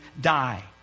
die